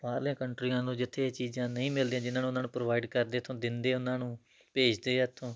ਬਾਹਰਲੀਆਂ ਕੰਟਰੀਆਂ ਨੂੰ ਜਿੱਥੇ ਇਹ ਚੀਜ਼ਾਂ ਨਹੀਂ ਮਿਲਦੀਆਂ ਜਿਨਾਂ ਨੂੰ ਉਹਨਾਂ ਨੂੰ ਪ੍ਰੋਵਾਈਡ ਕਰਦੇ ਇੱਥੋਂ ਦਿੰਦੇ ਉਹਨਾਂ ਨੂੰ ਭੇਜਦੇ ਹਾਂ ਇੱਥੋਂ